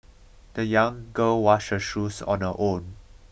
the young girl washed her shoes on her own